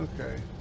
Okay